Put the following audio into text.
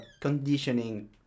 conditioning